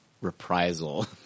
reprisal